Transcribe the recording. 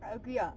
I agree ah